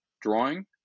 drawing